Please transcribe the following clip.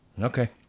Okay